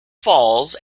falls